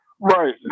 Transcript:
Right